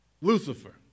Lucifer